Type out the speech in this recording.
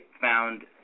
found